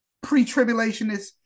pre-tribulationists